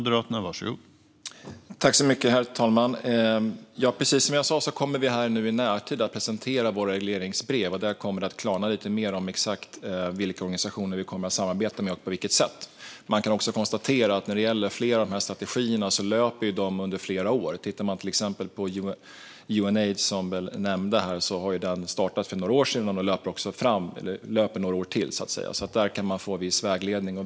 Herr talman! Precis som jag sa kommer vi i närtid att presentera våra regleringsbrev. Där kommer det att klarna lite mer exakt vilka organisationer vi kommer att samarbeta med och på vilket sätt. Flera av strategierna löper under flera år. Unaids startade för några år sedan och löper några år till, och där kan man få viss vägledning.